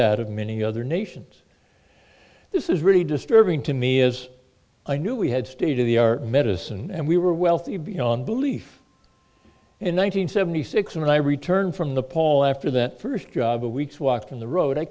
that of many other nations this is really disturbing to me as i knew we had state of the art medicine and we were wealthy beyond belief in one hundred seventy six when i returned from the paul after that first job a week's walk down the road i